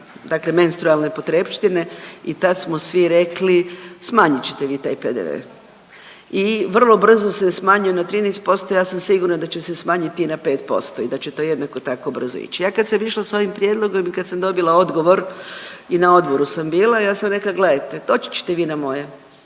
dakle menstrualne potrepštine i tad smo svi rekli smanjit ćete vi taj PDV i vrlo brzo se smanjio na 13%, ja sam sigurna da će se smanjiti i na 5% i da će to jednako tako brzo ići. Ja kad sam išla s ovim prijedlogom i kad sam dobila odgovor i na odboru sam bila ja sam rekla gledajte doći ćete vi na moje,